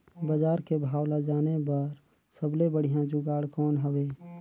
बजार के भाव ला जाने बार सबले बढ़िया जुगाड़ कौन हवय?